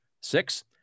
Six